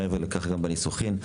מעבר לכך גם בניסוחים.